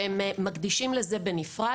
והם מקדישים לזה בנפרד.